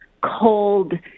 cold